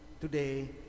today